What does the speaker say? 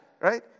right